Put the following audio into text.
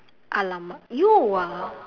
!alamak! you ah